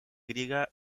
griega